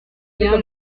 bien